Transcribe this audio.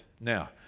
Now